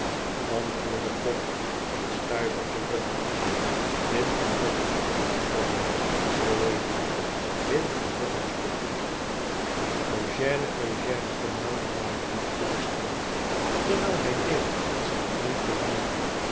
pop een stuivertje rum wind hem nog eens op morlimer zei wrayburn wind hem nog eens op eugène eugène vermaande lightwood fluisterend terwijl hij deed wat zijn vriend verlangde